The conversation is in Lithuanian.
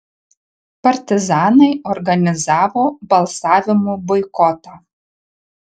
partizanai organizavo balsavimų boikotą